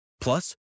Plus